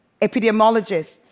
epidemiologists